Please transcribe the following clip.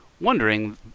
wondering